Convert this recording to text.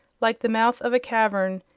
like the mouth of a cavern,